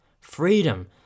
Freedom